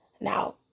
Now